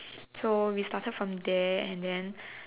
so we started from there and then